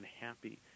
unhappy